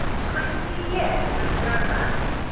twenty years of romance!